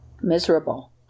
Miserable